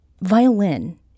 violin